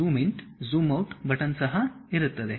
zoom in zoom out button ಸಹ ಇರುತ್ತದೆ